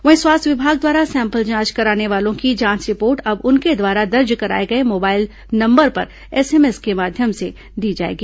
वहीं स्वास्थ्य विभाग द्वारा सैंपल जांच कराने वालों की जांच रिपोर्ट अब उनके द्वारा दर्ज कराए गए मोबाइल नंबर पर एसएमएस के माध्यम से दी जाएगी